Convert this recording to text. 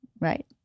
right